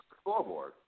scoreboard